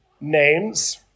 names